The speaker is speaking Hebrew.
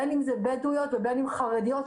בין אם בדואיות ובין אם חרדיות,